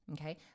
Okay